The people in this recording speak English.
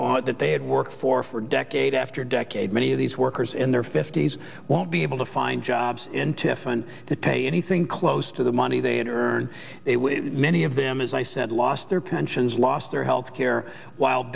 on that they had worked for for decade after decade many of these workers in their fifty's won't be able to find jobs in tiffen to pay anything close to the money they had earned many of them as i said lost their pensions lost their health care whil